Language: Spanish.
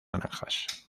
naranjas